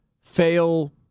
fail